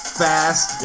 fast